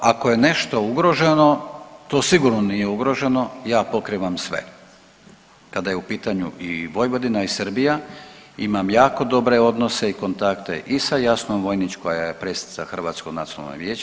Ako je nešto ugroženo to sigurno nije ugroženo ja pokrivam sve, kada je u pitanju i Vojvodina i Srbija, imam jako dobre odnose i kontakte i sa Jasnom Vojnić koja je predsjednica Hrvatskog nacionalnog vijeća.